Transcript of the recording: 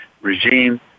regime